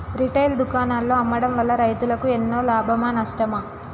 Retail దుకాణాల్లో అమ్మడం వల్ల రైతులకు ఎన్నో లాభమా నష్టమా?